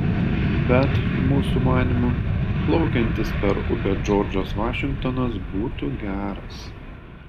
bet mūsų manymu plaukiantis per upę džordžas vašingtonas būtų geras